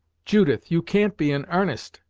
judith you can't be in arnest!